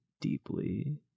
deeply